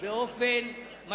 הוא איננו בן משפחה,